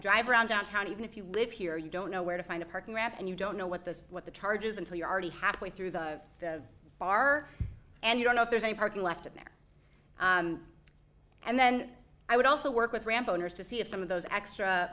drive around downtown even if you live here you don't know where to find a parking ramp and you don't know what the what the charges until you're already halfway through the bar and you don't know if there's any parking left at their and then i would also work with ramp owners to see if some of those extra